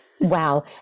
Wow